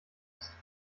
ist